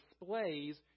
displays